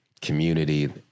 community